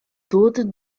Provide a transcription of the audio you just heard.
thought